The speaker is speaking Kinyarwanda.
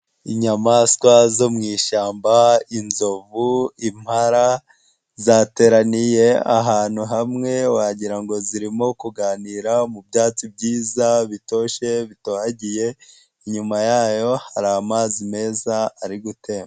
Inyamaswa zo mu ishyamba inzovu, impala zateraniye ahantu hamwe wagira ngo zirimo kuganira mu byatsi byiza bitoshye bitohagiye inyuma yayo hari amazi meza ari gutemba.